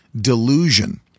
delusion